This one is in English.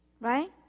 right